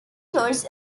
tours